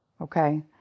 okay